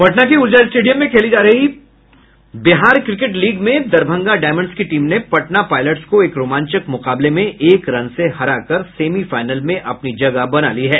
पटना के ऊर्जा स्टेडियम में खेली जा रही बिहार क्रिकेट लीग में दरभंगा डायमंड्स की टीम ने पटना पाइलट्स को एक रोमांचक मुकाबले में एक रन से हरा कर सेमीफाइनल में अपनी जगह बना ली है